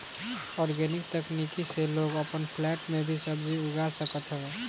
organic तकनीक से लोग अपन फ्लैट में भी सब्जी उगा सकत हवे